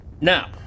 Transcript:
Now